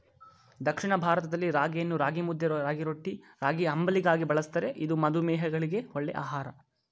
ದಕ್ಷಿಣ ಭಾರತದಲ್ಲಿ ರಾಗಿಯನ್ನು ರಾಗಿಮುದ್ದೆ, ರಾಗಿರೊಟ್ಟಿ, ರಾಗಿಅಂಬಲಿಯಾಗಿ ಬಳ್ಸತ್ತರೆ ಇದು ಮಧುಮೇಹಿಗಳಿಗೆ ಒಳ್ಳೆ ಆಹಾರ